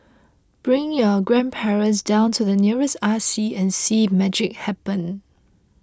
bring your grandparents down to the nearest R C and see magic happen